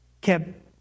kept